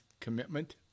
commitment